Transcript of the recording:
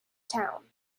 town